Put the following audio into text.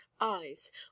eyes